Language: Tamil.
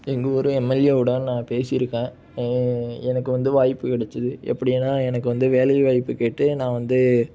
எங்கள் ஊர் எம்எல்ஏவோட நான் பேசியிருக்கேன் எனக்கு வந்து வாய்ப்பு கிடச்சிது எப்படின்னா எனக்கு வந்து வேலைவாய்ப்பு கேட்டு நான் வந்து